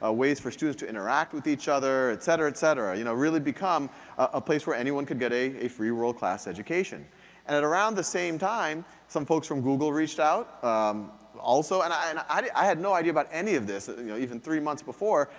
ah ways for students to interact with each other, et cetera, et cetera. you know, really become a place where anyone could get a a free world-class education. and at around the same time, some folks from google reached out also, and i and i had no idea about any of this ah you know even three months before,